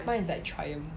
mine is like Triumph